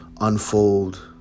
unfold